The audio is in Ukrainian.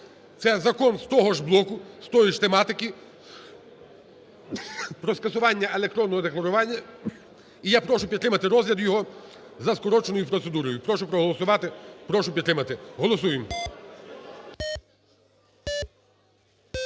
Це закон з того ж блоку, з тої ж тематики про скасування електронного декларування. І я прошу підтримати розгляд його за скороченою процедурою. Прошу проголосувати, прошу підтримати. Голосуємо.